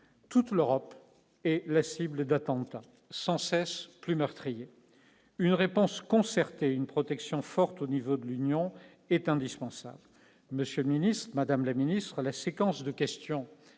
toute l'Europe est la cible d'attentats sans cesse plus meurtrier, une réponse concertée une protection forte au niveau de l'Union est indispensable, monsieur le ministre, Madame la Ministre, la séquence de questions